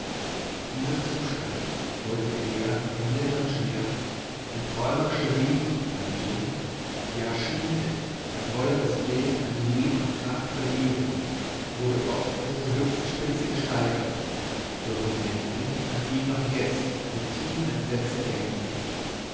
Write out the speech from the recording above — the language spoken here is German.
dieser zustand wollte er in mildern schmerz in träumerische sehnsucht übergehen ja schien es als wolle das bild an leben und kraft verlieren wurde oft bis zur höchsten spitze gesteigert durch momente an die ich noch jetzt mit tiefem entsetzen denke